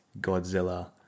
godzilla